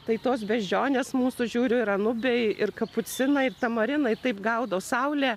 tai tos beždžionės mūsų žiūriu ir anubiai ir kapucinai ir tamarinai taip gaudo saulę